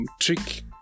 Trick